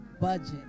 budget